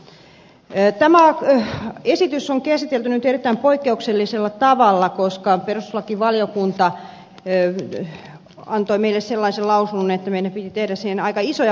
tämä esitys on käsitelty nyt erittäin poikkeuksellisella tavalla koska perustuslakivaliokunta antoi meille sellaisen lausunnon että meidän piti tehdä siihen aika isoja korjauksia